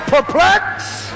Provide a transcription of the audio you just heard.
Perplexed